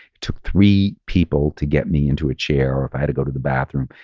it took three people to get me into a chair. or if i had to go to the bathroom,